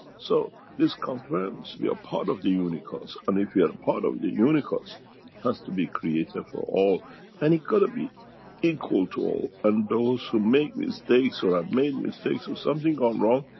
so this confirms we are part of the unicos and if you are part of the unicos has to be created for all and it got to be equal to all. and those who make mistakes or have made mistakes or something gone wrong,